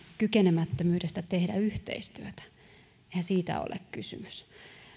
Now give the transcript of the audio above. kykenemättömyydestä tehdä yhteistyötä eihän siitä ole kysymys